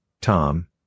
Tom